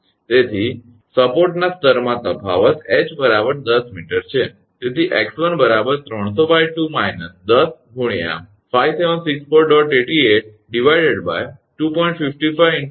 તેથી સપોર્ટના સ્તરમાં તફાવત ℎ 10 𝑚 છે તેથી 𝑥1 3002 − 10 × 5764